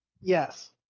yes